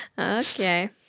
Okay